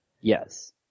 Yes